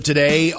Today